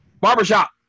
Barbershop